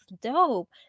dope